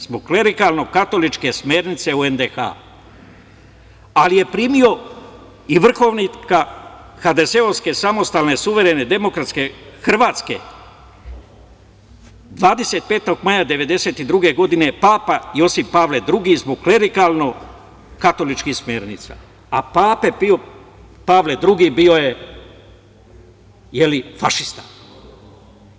Zbog klerikalno katoličke smernice o NDH, ali je primio vrhovnika HDZ samostalne suverene demokratske Hrvatske 25. maja 1992. godine, papa Josip Pavle II zbog klerikalno katoličkih smernica, a pape Pavle II bio je fašista.